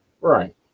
Right